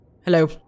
Hello